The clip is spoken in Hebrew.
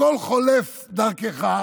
הכול חולף דרכך.